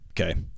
Okay